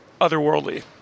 otherworldly